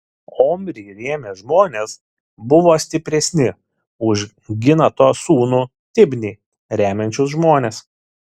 omrį rėmę žmonės buvo stipresni už ginato sūnų tibnį remiančius žmones